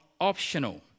optional